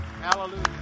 Hallelujah